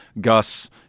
Gus